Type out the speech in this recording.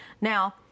Now